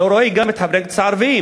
ולא רואים גם את חברי הכנסת הערבים.